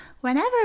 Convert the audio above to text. whenever